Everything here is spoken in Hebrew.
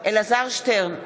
אלעזר שטרן,